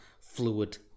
fluid